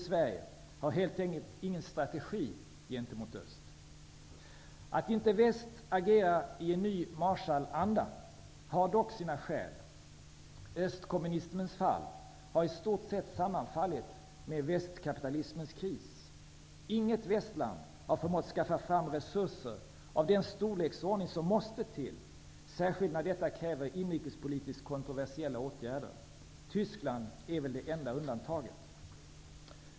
Sverige, har helt enkelt ingen strategi gentemot öst. Att inte väst agerar i en ny Marshallanda har dock sina skäl. Östkommunismens fall har i stort sett sammanfallit med västkapitalismens kris. Inget västland har förmått skaffa fram resurser av den storleksordning som måste till, särskilt när detta kräver inrikespolitiskt kontroversiella åtgärder. Tyskland är väl det enda undantaget.